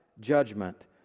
judgment